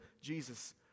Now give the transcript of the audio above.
Jesus